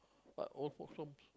but old folks home